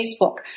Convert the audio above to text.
Facebook